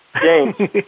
James